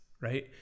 right